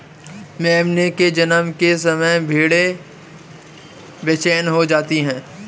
मेमने के जन्म के समय भेड़ें बेचैन हो जाती हैं